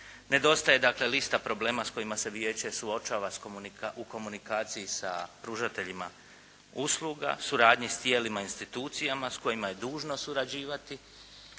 Nedostaje dakle lista problema s kojima se vijeće suočava u komunikaciji sa pružateljima usluga, suradnji s tijelima, institucijama s kojima je dužno surađivati